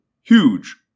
huge